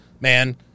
Man